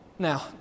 Now